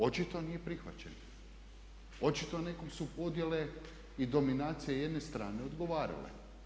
Očito nije prihvaćen, očito nekom su podjele i dominacije jedne strane odgovarale.